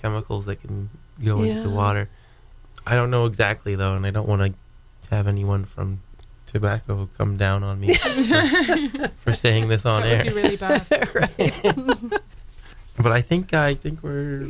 chemicals that can go in the water i don't know exactly though and i don't want to have anyone from tobacco come down on me for saying this on a really but i think i think where